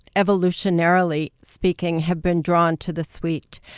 evolutionarily speaking, have been drawn to the sweet.